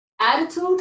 attitude